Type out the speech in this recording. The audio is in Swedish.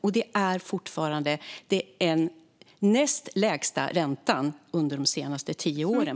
Det är fortfarande den näst lägsta räntan på de här lånen under de senaste tio åren.